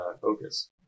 focus